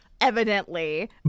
evidently